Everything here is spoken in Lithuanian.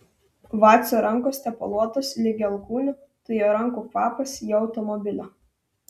vacio rankos tepaluotos ligi alkūnių tai jo rankų kvapas jo automobilio